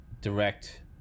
direct